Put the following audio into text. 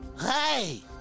Hey